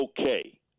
okay